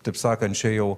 taip sakant čia jau